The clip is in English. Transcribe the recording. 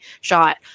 shot